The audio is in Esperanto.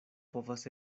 povas